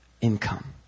income